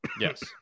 Yes